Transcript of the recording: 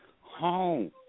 home